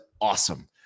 awesome